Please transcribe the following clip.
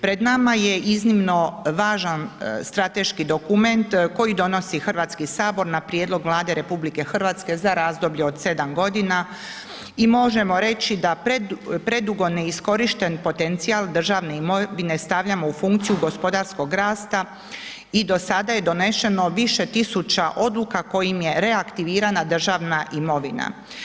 Pred nama je iznimno važan strateški dokument koji donosi Hrvatski sabor na prijedlog Vlade RH za razdoblje od 7 godina i možemo reći da predugo neiskorišten potencijal državne imovine stavljamo u funkciju gospodarskog rasta i do sada je donešeno više tisuća odluka kojim je reaktivirana državna imovina.